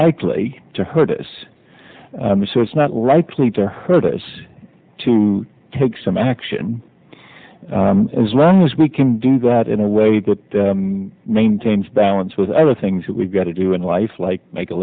likely to hurt us so it's not right to hurt us to take some action as long as we can do that in a way that maintains balance with either things that we've got to do in life like make a